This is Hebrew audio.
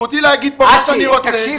זכותי להגיד פה מה שאני רוצה,